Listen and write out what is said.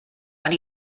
and